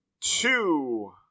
two